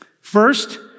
First